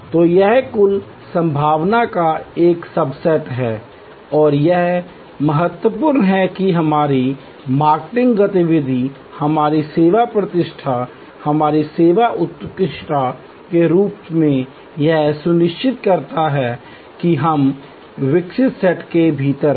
तो यह कुल संभावना का एक सबसेट है और यह महत्वपूर्ण है कि हमारी मार्केटिंग गतिविधि हमारी सेवा प्रतिष्ठा हमारी सेवा उत्कृष्टता के रूप में यह सुनिश्चित करता है कि हम विकसित सेट के भीतर हैं